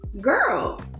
girl